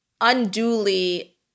unduly